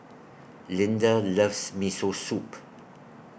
Linda loves Miso Soup